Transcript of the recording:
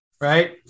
right